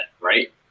right